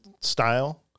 style